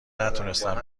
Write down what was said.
نتونستم